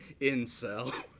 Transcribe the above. incel